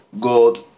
God